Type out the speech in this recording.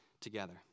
together